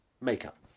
makeup